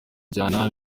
nyanja